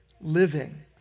living